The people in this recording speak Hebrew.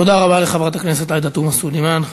תודה רבה לחברת הכנסת עאידה תומא סלימאן.